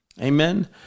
Amen